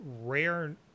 rare